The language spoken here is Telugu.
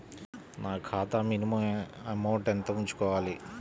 నా ఖాతా మినిమం అమౌంట్ ఎంత ఉంచుకోవాలి?